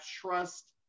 trust